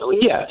Yes